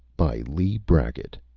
by leigh brackett